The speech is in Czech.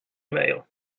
email